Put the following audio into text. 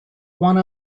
one